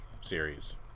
series